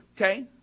okay